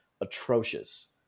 atrocious